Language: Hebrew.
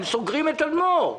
הם סוגרים את תדמור.